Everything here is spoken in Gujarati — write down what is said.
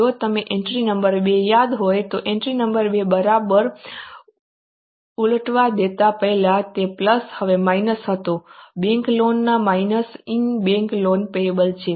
જો તમને એન્ટ્રી નંબર 2 યાદ હોય તો એન્ટ્રી નંબર 2 બરાબર ઉલટાવી દેતા પહેલા તે પ્લસ હવે માઈનસ હતો બેંક લોનમાં minus in bank loan payables છે